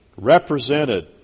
represented